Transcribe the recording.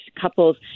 couples